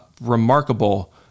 remarkable